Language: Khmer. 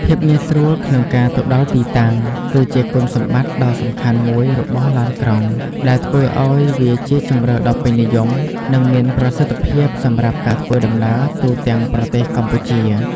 ភាពងាយស្រួលក្នុងការទៅដល់ទីតាំង គឺជាគុណសម្បត្តិដ៏សំខាន់មួយរបស់ឡានក្រុង ដែលធ្វើឱ្យវាជាជម្រើសដ៏ពេញនិយម និងមានប្រសិទ្ធភាពសម្រាប់ការធ្វើដំណើរទូទាំងប្រទេសកម្ពុជា។